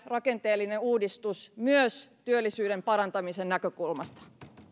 rakenteellinen uudistus myös työllisyyden parantamisen näkökulmasta